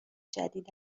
جدید